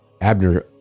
abner